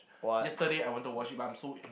yesterday I went to watch it but I'm so an~